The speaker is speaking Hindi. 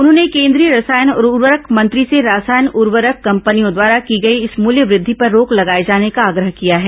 उन्होंने केन्द्रीय रसायन और उर्वरक मंत्री से रासायनिक उर्वरक कंपनियों द्वारा की गई इस मूल्य वृद्धि पर रोक लगाए जाने का आग्रह किया है